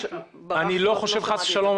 אני לא חושב חס ושלום,